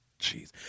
jeez